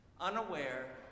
unaware